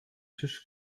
tisch